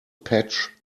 patch